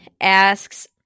asks